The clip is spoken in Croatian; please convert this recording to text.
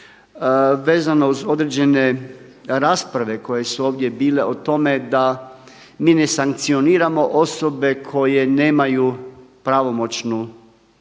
vezano uz određene rasprave koje su ovdje bile o tome da mi ne sankcioniramo osobe koje nemaju pravomoćnu osudu